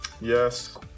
Yes